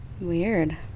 Weird